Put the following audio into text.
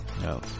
no